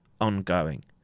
ongoing